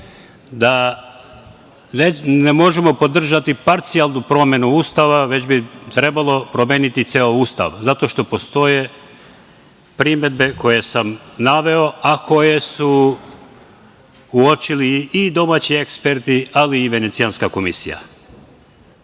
da ne možemo podržati parcijalnu promenu Ustava, već bi trebalo promeniti ceo Ustav, zato što postoje primedbe koje sam naveo, a koje su uočili i domaći eksperti, ali i Venecijanska komisija. Ja